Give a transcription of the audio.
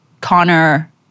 Connor